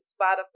Spotify